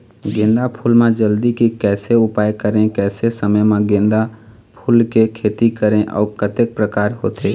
गेंदा फूल मा जल्दी के कैसे उपाय करें कैसे समय मा गेंदा फूल के खेती करें अउ कतेक प्रकार होथे?